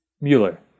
Mueller